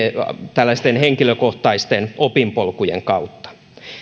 tällaisten henkilökohtaisten opinpolkujen kautta